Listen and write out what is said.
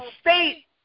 state